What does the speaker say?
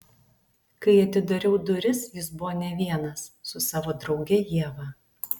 kai atidariau duris jis buvo ne vienas su savo drauge ieva